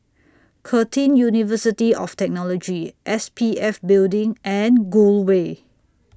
Curtin University of Technology S P F Building and Gul Way